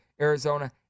Arizona